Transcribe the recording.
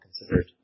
considered